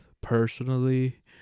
personally